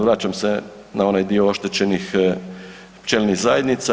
Vraćam se na ovaj dio oštećenih pčelinjih zajednica.